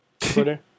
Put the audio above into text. Twitter